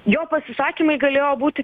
jo pasisakymai galėjo būti